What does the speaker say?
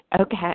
Okay